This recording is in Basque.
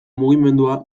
mugimendua